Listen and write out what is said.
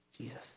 Jesus